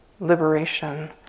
Liberation